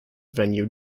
venue